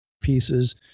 pieces